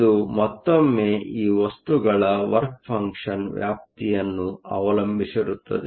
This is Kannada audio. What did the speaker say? ಇದು ಮತ್ತೊಮ್ಮೆ ಈ ವಸ್ತುಗಳ ವರ್ಕ್ ಫಂಕ್ಷನ್Work function ವ್ಯಾಪ್ತಿಯನ್ನು ಅವಲಂಬಿಸಿರುತ್ತದೆ